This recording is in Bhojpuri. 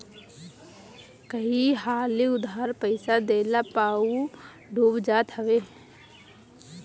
कई हाली उधार पईसा देहला पअ उ डूब जात हवे